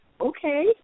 Okay